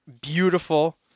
beautiful